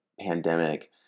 pandemic